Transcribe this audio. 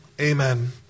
Amen